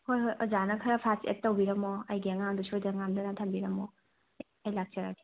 ꯍꯣꯏ ꯍꯣꯏ ꯑꯣꯖꯥꯅ ꯈꯔ ꯐꯔꯁ ꯑꯦꯠ ꯇꯧꯕꯤꯔꯝꯃꯣ ꯑꯩꯒꯤ ꯑꯉꯥꯡꯗꯣ ꯁꯣꯏꯗ ꯉꯥꯝꯗꯅ ꯊꯝꯕꯤꯔꯝꯃꯣ ꯑꯩ ꯂꯥꯛꯆꯔꯒꯦ